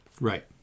Right